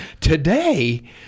Today